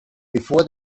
before